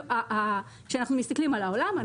כשאנחנו מסתכלים על העולם,